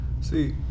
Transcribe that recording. See